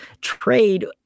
trade